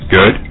Good